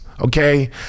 Okay